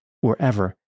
wherever